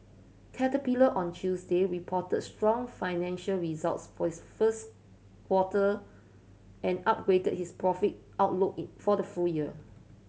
caterpillar on Tuesday reported strong financial results for its first quarter and upgraded its profit outlook for the full year